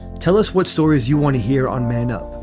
tell us what stories you want to hear on man up.